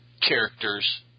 characters